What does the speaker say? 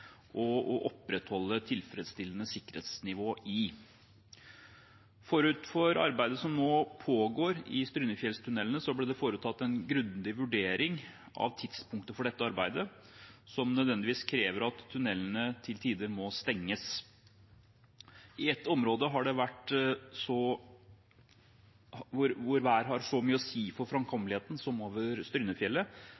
og opprettholde tilfredsstillende sikkerhetsnivå i. Forut for arbeidet som nå pågår i Strynefjellstunnelene, ble det foretatt en grundig vurdering av tidspunktet for dette arbeidet, som nødvendigvis krever at tunnelene til tider må stenges. I et område hvor været har så mye å si for